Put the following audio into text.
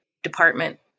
Department